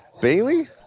Bailey